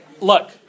Look